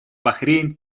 бахрейн